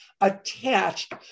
attached